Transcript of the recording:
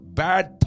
bad